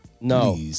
No